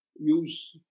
use